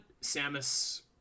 Samus